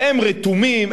שהם רתומים,